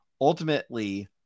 ultimately